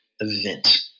event